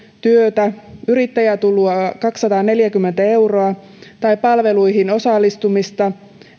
työtä yrittäjätuloa kaksisataaneljäkymmentä euroa tai palveluihin osallistumista